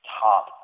top